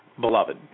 beloved